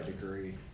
degree